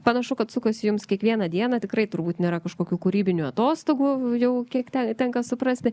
panašu kad sukasi jums kiekvieną dieną tikrai turbūt nėra kažkokių kūrybinių atostogų jau kiek ten tenka suprasti